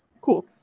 Cool